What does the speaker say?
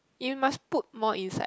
you must put more inside